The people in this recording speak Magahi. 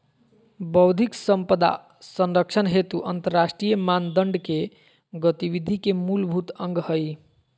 बौद्धिक संपदा संरक्षण हेतु अंतरराष्ट्रीय मानदंड के गतिविधि के मूलभूत अंग हइ